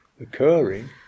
occurring